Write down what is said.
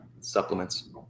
supplements